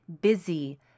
busy